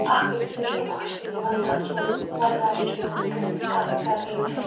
اکھ أکۍ سُنٛد چھُ نہٕ خۄشی یِوان گَژھُن بَرداشی چھُ نہٕ گَژھان کٲنٛسہِ سۭتۍ کَتھ کَرٕنۍ